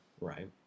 right